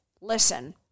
Listen